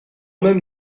même